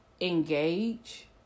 engage